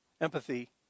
empathy